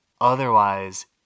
Otherwise